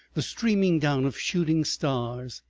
the streaming down of shooting stars.